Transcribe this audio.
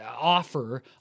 offer